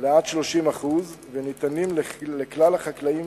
עד ל-30% וניתנים לכלל החקלאים